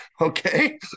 okay